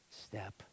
step